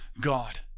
God